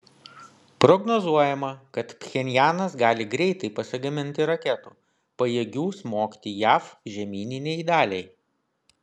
prognozuojama kad pchenjanas gali greitai pasigaminti raketų pajėgių smogti jav žemyninei daliai